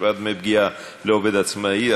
השוואת דמי פגיעה לעובד עצמאי),